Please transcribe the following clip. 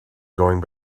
going